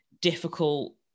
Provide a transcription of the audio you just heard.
difficult